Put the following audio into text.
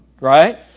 Right